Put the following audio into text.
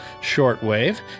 shortwave